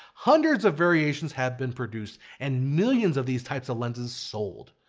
hundreds of variations have been produced and millions of these types of lenses sold.